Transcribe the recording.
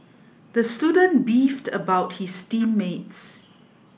the student beefed about his team mates